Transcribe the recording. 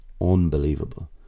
unbelievable